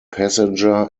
passenger